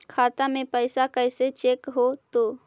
खाता में पैसा कैसे चेक हो तै?